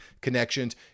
connections